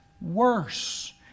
worse